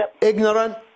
ignorant